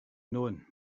known